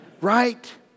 right